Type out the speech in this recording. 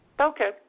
Okay